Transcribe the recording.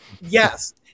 Yes